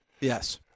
yes